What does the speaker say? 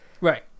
Right